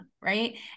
Right